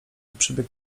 przybiegł